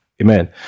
Amen